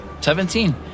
Seventeen